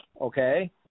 Okay